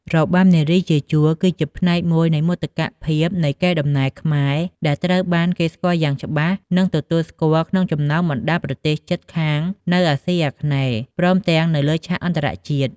របាំនារីជាជួរគឺជាផ្នែកមួយនៃមោទកភាពនៃកេរដំណែលខ្មែរ ដែលត្រូវបានគេស្គាល់យ៉ាងច្បាស់ និងទទួលស្គាល់ក្នុងចំណោមបណ្ដាប្រទេសជិតខាងនៅអាស៊ីអាគ្នេយ៍ ព្រមទាំងនៅលើឆាកអន្តរជាតិ។